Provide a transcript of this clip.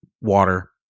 water